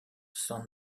san